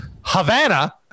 Havana